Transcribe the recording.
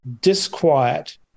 disquiet